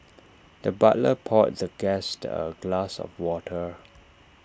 the butler poured the guest A glass of water